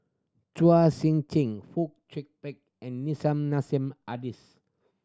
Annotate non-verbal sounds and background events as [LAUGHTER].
Chua Sian Chin [UNINTELLIGIBLE] and Nissim Nassim Adis